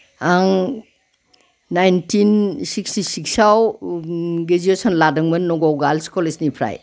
आं nineteen sixty सिक्सआव graduation लादोंमोन नगाव गार्लस कलेजनिफ्राय